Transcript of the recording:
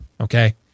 Okay